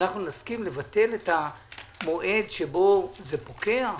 שנסכים לבטל את המועד שבו זה פוקע?